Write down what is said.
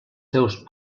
seus